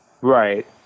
Right